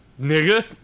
Nigga